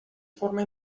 forma